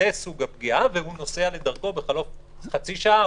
והוא נוסע לדרכו בחלוף חצי שעה,